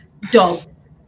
dogs